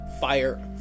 fire